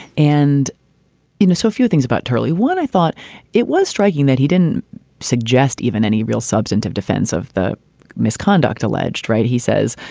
and you know, so a few things about turley, what i thought it was. striking that he didn't suggest even any real substantive defense of the misconduct alleged, right. he says,